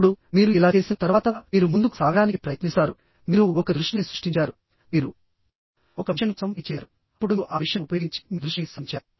ఇప్పుడు మీరు ఇలా చేసిన తర్వాత మీరు ముందుకు సాగడానికి ప్రయత్నిస్తారు మీరు ఒక దృష్టిని సృష్టించారు మీరు ఒక మిషన్ కోసం పని చేసారు అప్పుడు మీరు ఆ మిషన్ను ఉపయోగించి మీ దృష్టిని సాధించారు